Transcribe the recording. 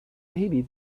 maybe